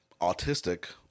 autistic